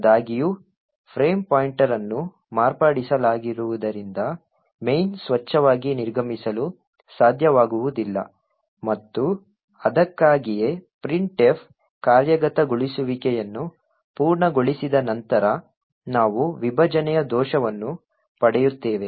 ಆದಾಗ್ಯೂ frame pointer ಅನ್ನು ಮಾರ್ಪಡಿಸಲಾಗಿರುವುದರಿಂದ main ಸ್ವಚ್ಛವಾಗಿ ನಿರ್ಗಮಿಸಲು ಸಾಧ್ಯವಾಗುವುದಿಲ್ಲ ಮತ್ತು ಅದಕ್ಕಾಗಿಯೇ printf ಕಾರ್ಯಗತಗೊಳಿಸುವಿಕೆಯನ್ನು ಪೂರ್ಣಗೊಳಿಸಿದ ನಂತರ ನಾವು ವಿಭಜನೆಯ ದೋಷವನ್ನು ಪಡೆಯುತ್ತೇವೆ